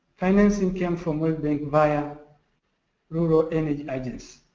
financing came from world bank via rural energy agency.